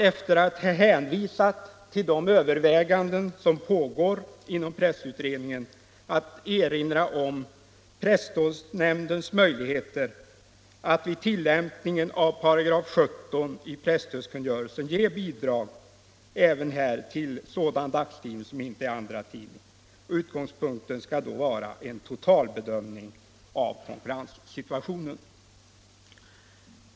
Efter att ha hänvisat till de överväganden som pågår inom pressutredningen erinrar utskottet vad gäller nuläget till presstödsnämndens möjligheter att vid tillämpningen av 17 § presstödskungörelsen ge presstöd även till tidning som inte är andratidning. Utgångspunkten skall då vara en totalbedömning av konkurrenssituationen.